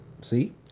see